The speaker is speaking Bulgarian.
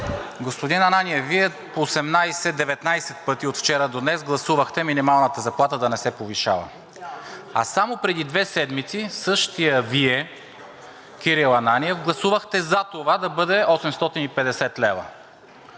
Господин Ананиев, Вие 18 – 19 пъти от вчера до днес гласувахте минималната заплата да не се повишава, а само преди две седмици същият Вие, Кирил Ананиев, гласувахте за това да бъде 850 лв.